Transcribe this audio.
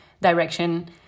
direction